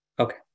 Okay